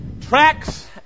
Tracks